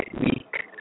week